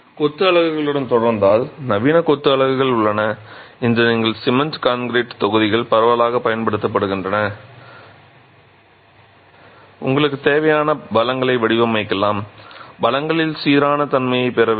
கொத்து அலகுகளுடன் தொடர்ந்தால் நவீன கொத்து அலகுகள் உள்ளன இன்று நீங்கள் சிமென்ட் கான்கிரீட் தொகுதிகள் பரவலாகப் பயன்படுத்தப்படுகின்றன உங்களுக்குத் தேவையான பலங்களை வடிவமைக்கலாம் பலங்களில் சீரான தன்மையை நீங்கள் பெறவில்லை